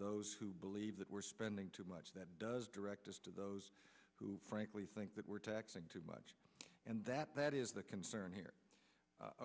those who believe that we're spending too much that does direct us to those who frankly think that we're taxing too much and that that is the concern here